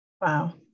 Wow